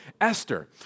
Esther